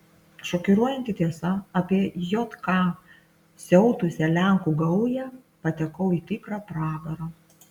šokiruojanti tiesa apie jk siautusią lenkų gaują patekau į tikrą pragarą